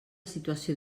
situació